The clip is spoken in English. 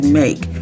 make